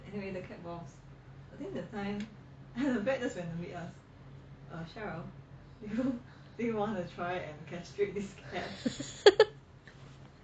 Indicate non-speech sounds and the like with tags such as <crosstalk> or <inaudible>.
<laughs>